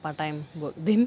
part time work then